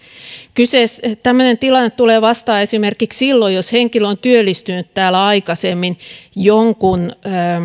tämmöinen tilanne tulee vastaan esimerkiksi silloin jos henkilö on työllistynyt täällä aikaisemmin jonkun